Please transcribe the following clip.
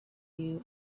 you